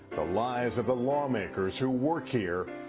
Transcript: the lives of the lawmakers who work here,